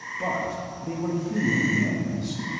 but they were human hands.